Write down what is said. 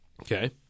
Okay